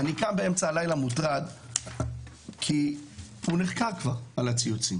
אני קם באמצע הלילה מוטרד כי הוא נחקר כבר על הציוצים